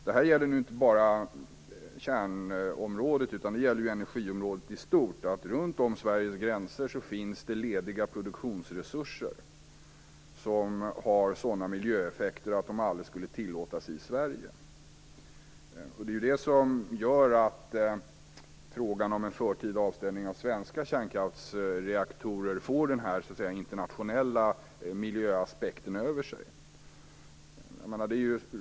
Det här gäller inte bara kärnkraftsområdet utan energiområdet i stort. Runt om Sveriges gränser finns det lediga produktionsresurser som har sådana miljöeffekter att de aldrig skulle tillåtas i Sverige. Det är ju det som gör att frågan om en förtida avställning av svenska kärnkraftsreaktorer får den här internationella miljöaspekten över sig.